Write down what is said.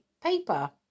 paper